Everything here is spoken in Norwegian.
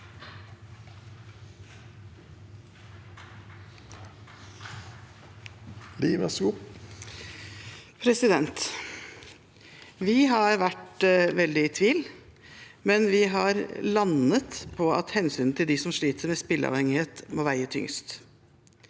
Vi har vært veldig i tvil, men vi har landet på at hensynet til dem som sliter med spilleavhengighet, må veie tyngst.